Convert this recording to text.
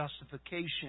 justification